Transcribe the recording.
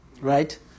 right